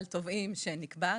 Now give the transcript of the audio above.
על תובעים שנקבע,